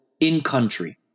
in-country